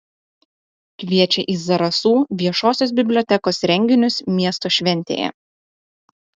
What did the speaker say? kviečia į zarasų viešosios bibliotekos renginius miesto šventėje